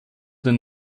den